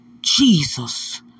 Jesus